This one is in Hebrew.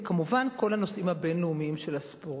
וכמובן, כל הנושאים הבין-לאומיים של הספורט.